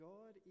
God